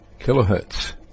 kilohertz